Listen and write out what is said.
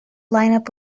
lineup